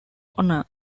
honour